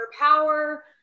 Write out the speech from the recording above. power